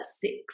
six